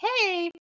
hey